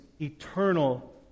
eternal